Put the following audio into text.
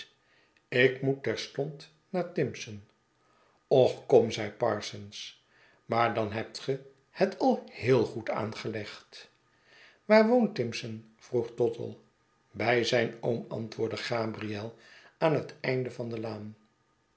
ik moet terstond naar timson och kom zei parsons maar dan hebt ge het al heel goed aangelegd waar woont timson vroeg tottle bij zijn oom antwoordde gabriel aan het einde van de laan